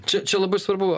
čia čia labai svarbu